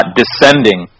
descending